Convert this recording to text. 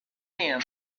him